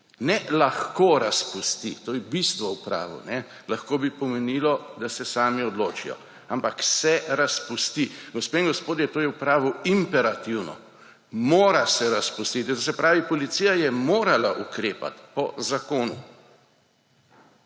Ne »lahko razpusti«, to je bistvo v pravu. Lahko bi pomenilo, da se sami odločijo, ampak »se razpusti«. Gospe in gospodje, to je v pravu imperativno, mora se razpustiti. To se pravi, policija je morala ukrepati po zakonu.